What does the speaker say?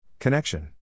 Connection